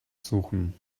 suchen